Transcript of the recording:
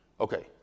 Okay